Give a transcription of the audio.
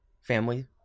family